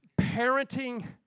Parenting